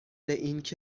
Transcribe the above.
بود